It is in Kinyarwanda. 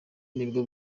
nibwo